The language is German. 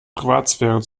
privatsphäre